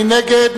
מי נגד?